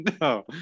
No